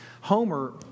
Homer